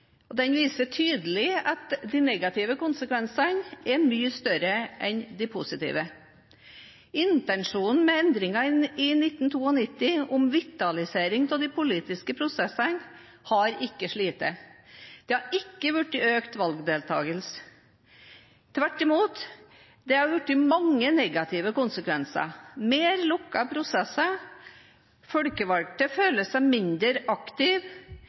og den viser tydelig at de negative konsekvensene er mye større enn de positive. Intensjonen med endringene i 1992 om vitalisering av de politiske prosessene har ikke slått til. Det er ikke blitt økt valgdeltakelse, det har tvert imot blitt mange negative konsekvenser: mer lukkede prosesser, folkevalgte føler seg mindre